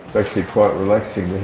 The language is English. actually quite relaxing